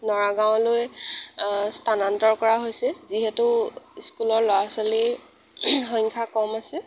নৰাগাঁৱলৈ স্থানান্তৰ কৰা হৈছে যিহেতু স্কুলৰ ল'ৰা ছোৱালীৰ সংখ্যা কম আছে